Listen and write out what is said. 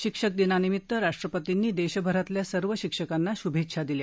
शिक्षक दिनानिमित्त राष्ट्रपतींनी देशभरातल्या सर्व शिक्षकांना शुभेच्छा दिल्या